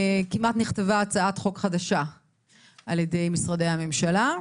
כמעט נכתבה הצעת חוק חדשה על ידי משרדי הממשלה.